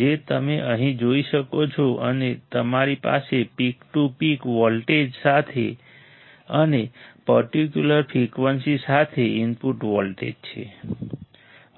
જે તમે અહીં જોઈ શકો છો અને તમારી પાસે પીક ટુ પીક વોલ્ટેજ સાથે અને પર્ટિક્યુલર ફ્રિકવન્સી સાથે ઇનપુટ વોલ્ટેજ છે